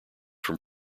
from